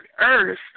earth